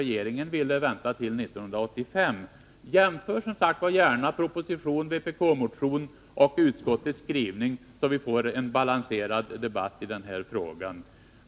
Regeringen ville vänta till 1985. Jämför gärna propositionen, vpk-motionen och utskottets skrivning, så att vi får en balanserad debatt i den här frågan.